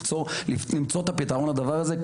למצוא פתרון לדבר הזה.